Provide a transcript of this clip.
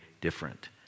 different